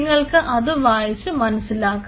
നിങ്ങൾക്ക് അത് വായിച്ചു മനസിലാക്കാം